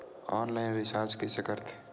Online recharge कइसे करथे?